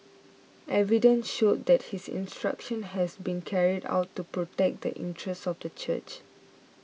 evidence showed that his instruction has been carried out to protect the interests of the church